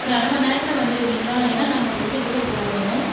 ஒரு அரமணி நேரத்தில் வந்துடுவிங்களா ஏன்னா நாங்கள் பூஜைக்குள்ளே போகணும்